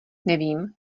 nevím